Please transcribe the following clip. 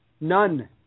None